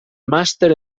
màster